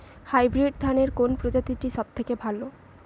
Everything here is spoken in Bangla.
হাইব্রিড ধানের কোন প্রজীতিটি সবথেকে ভালো?